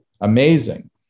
amazing